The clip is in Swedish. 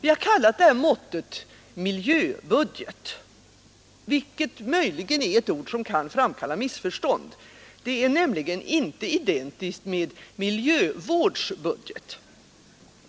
Vi har kallat detta mått ”miljöbudget”, vilket möjligen är ett ord som kan framkalla missförstånd. Det är nämligen inte identiskt med ”miljövårdsbudget”.